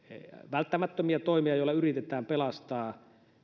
välttämättömiä toimia joilla yritetään pelastaa